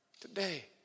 today